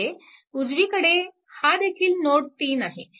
येथे उजवीकडे हादेखील नोड 3 आहे